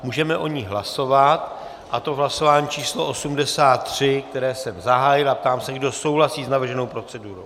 Můžeme o ní hlasovat, a to v hlasování číslo 83, které jsem zahájil, a ptám se, kdo souhlasí s navrženou procedurou.